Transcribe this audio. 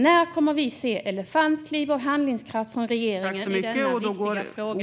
När kommer vi att se elefantkliv och handlingskraft från regeringen i denna viktiga fråga?